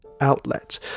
outlet